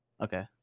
Okay